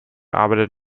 arbeitet